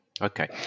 Okay